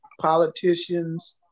politicians